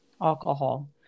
alcohol